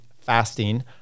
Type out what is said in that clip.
fasting